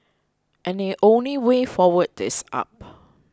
and the only way forward is up